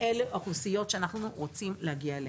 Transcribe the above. אלו האוכלוסיות אליהן אנחנו רוצים להגיע.